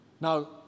Now